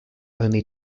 only